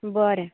बरें